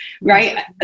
right